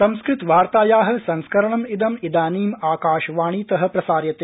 संस्कृतवार्ताया संस्करणमिदं इदानी आकाशवाणीतः प्रसार्यते